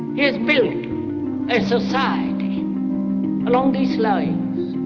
he's built a society along these lines.